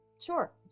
sure